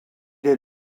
est